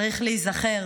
צריך להיזכר